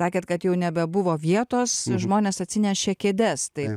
sakėt kad jau nebebuvo vietos žmonės atsinešė kėdes tai